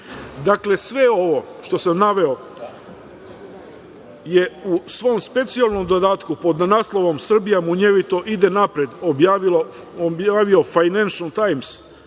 sve ovo što sam naveo je u svom specijalnom dodatku pod naslovom „Srbija munjevito ide napred“ objavio „Fajnenšl Tajms“